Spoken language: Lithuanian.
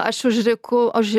aš užriku užri